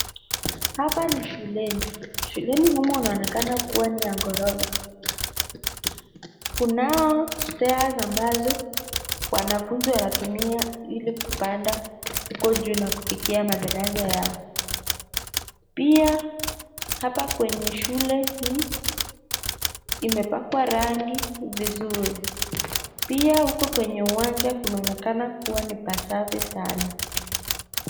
Hapa ni shuleni, shuleni humu inaonekana kuwa ni ya ghorofa kunayo stairs ambazo wanafunzi wanatumia ili kupanda huko juu na kufikia madarasa yao. Pia hapa kwenye shule hii imepakwa rangi vizuri pia huko kwenye uwanja kunaonekana kuwa ni pa safi sana.